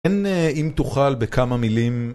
אין אם תוכל בכמה מילים